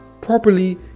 properly